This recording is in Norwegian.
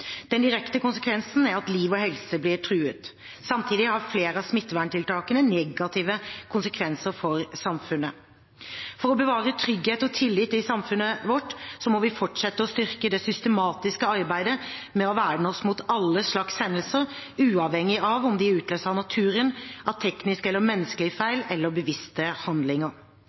Den direkte konsekvensen er at liv og helse blir truet. Samtidig har flere av smitteverntiltakene negative konsekvenser for samfunnet. For å bevare trygghet og tillit i samfunnet vårt må vi fortsette å styrke det systematiske arbeidet med å verne oss mot alle slags hendelser uavhengig av om de er utløst av naturen, av tekniske eller menneskelige feil eller bevisste handlinger.